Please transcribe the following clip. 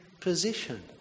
position